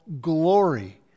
glory